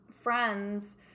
friends